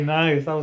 nice